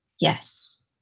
Yes